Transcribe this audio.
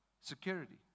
Security